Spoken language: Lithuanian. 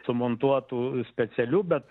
sumontuotų specialių bet